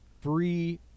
free